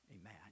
Amen